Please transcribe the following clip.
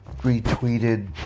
retweeted